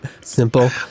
Simple